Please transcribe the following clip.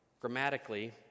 Grammatically